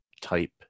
type